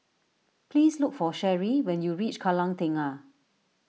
please look for Cherie when you reach Kallang Tengah